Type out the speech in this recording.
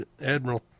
Admiral